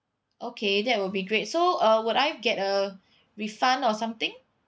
okay that will be great so uh would I get a refund or something